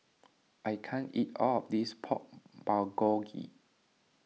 I can't eat all of this Pork Bulgogi